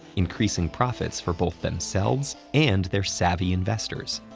increasing profits for both themselves and their savvy investors.